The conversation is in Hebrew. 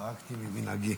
חרגתי ממנהגי.